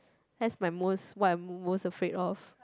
that's my most what I'm most afraid of